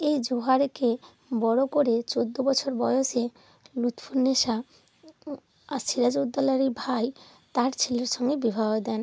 এই জোহরাকে বড় করে চৌদ্দ বছর বয়সে লুৎফুন্নেসা আর সিরাজ উদ্দৌলারই ভাই তার ছেলের সঙ্গে বিবাহ দেন